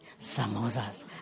samosas